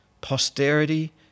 Posterity